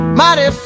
mighty